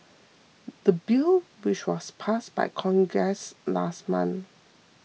the bill which was passed by Congress last month